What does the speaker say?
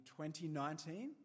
2019